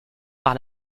par